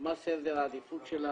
מה סדר העדיפות שלה,